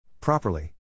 Properly